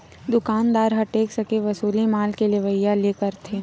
दुकानदार ह टेक्स के वसूली माल के लेवइया ले करथे